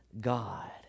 God